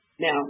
Now